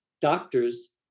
doctors